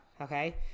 Okay